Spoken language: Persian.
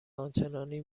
آنچنانی